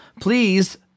please